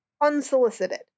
unsolicited